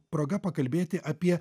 proga pakalbėti apie